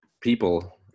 people